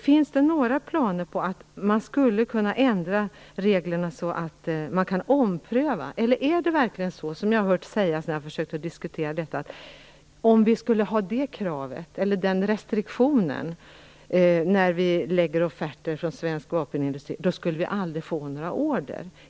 Finns det några planer på att ändra reglerna så att man kan ompröva? Eller är det verkligen så, som jag har hört sägas när jag har försökt diskutera detta, att om vi skulle ha det kravet eller den restriktionen när vi lägger offerter från svensk vapenindustri skulle vi aldrig få några order?